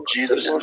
Jesus